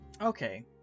Okay